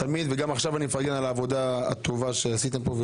וגם עכשיו אני מפרגן על העבודה הטובה שעשיתם פה.